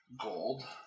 Gold